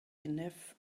enough